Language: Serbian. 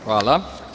Hvala.